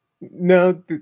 no